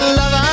love